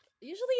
usually